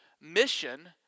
Mission